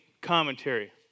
commentary